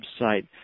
website